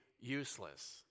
useless